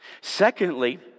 Secondly